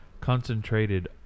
concentrated